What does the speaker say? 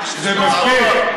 זה מספיק?